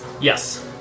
Yes